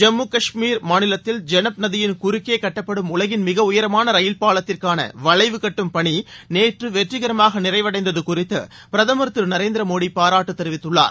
ஜம்மு கஷ்மீர் மாநிலத்தில் ஜௌப் நதியின் குறக்கேகட்டப்படும் உலகின் மிகஉயரமானரயில் பாலத்திற்கானவளைவு கட்டும் பணிநேற்றுவெற்றிகரமாகநிறைவடைந்ததுகுறித்துபிரதமர் திருநரேந்திரமோடிபாராட்டுதெரிவித்துள்ளார்